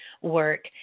work